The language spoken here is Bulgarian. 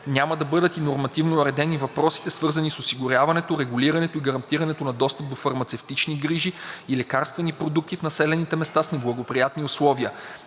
Няма да бъдат и нормативно уредени въпросите, свързани с осигуряването, регулирането и гарантирането на достъп до фармацевтични грижи и лекарствени продукти в населените места с неблагоприятни условия.